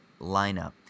lineup